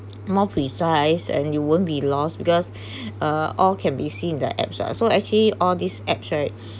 more precise and you won't be lost because uh all can be seen in the apps lah so actually all these apps right